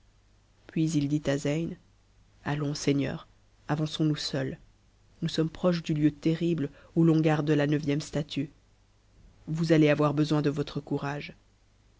puis il dit à zeyn a allons seigneur avançons nous seuls nous sommes proches du lieu terrible où l'on garde la neuvième statue vous allez avoir besoin de votre courage